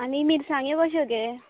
आनी मिरसांगी कश्यो गे